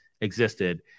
existed